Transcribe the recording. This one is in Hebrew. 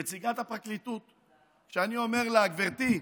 נציגת הפרקליטות, כשאני אומר לה: גברתי,